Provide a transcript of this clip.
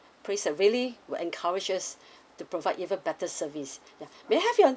praise uh really will encourage us to provide even better service ya may I have your